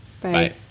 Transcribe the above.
bye